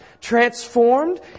transformed